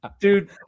Dude